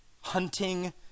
hunting